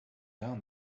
down